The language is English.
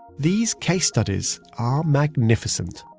these case studies are magnificent.